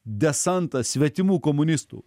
desantas svetimų komunistų